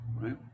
right